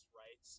right